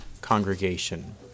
congregation